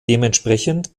dementsprechend